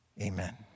Amen